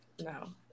No